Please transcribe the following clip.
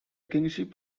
kingship